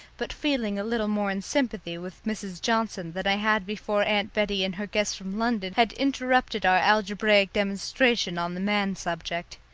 but feeling a little more in sympathy with mrs. johnson than i had before aunt bettie and her guest from london had interrupted our algebraic demonstration on the man subject.